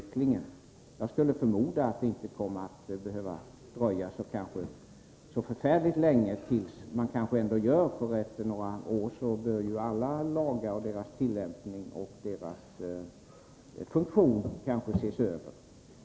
Jag förmodar att det inte kommer att dröja så länge innan man ändå gör en översyn. Efter några år bör kanske alla lagar och deras tillämpning ses över.